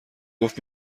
گفت